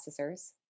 processors